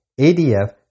ADF